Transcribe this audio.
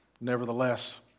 nevertheless